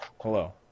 Hello